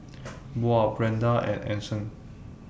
Buel Brenda and Anson